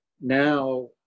Now